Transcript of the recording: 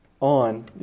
on